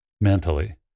mentally